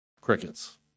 Crickets